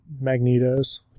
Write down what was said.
Magnetos